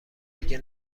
دیگه